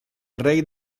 array